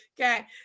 okay